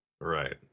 Right